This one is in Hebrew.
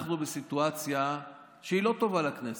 אנחנו בסיטואציה שהיא לא טובה לכנסת.